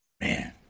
Man